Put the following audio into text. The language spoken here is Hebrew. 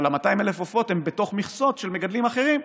אבל ה-200,000 עופות הם בתוך מכסות של מגדלים אחרים.